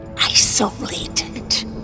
isolated